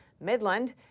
Midland